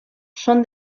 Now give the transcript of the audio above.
són